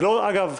אגב,